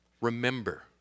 Remember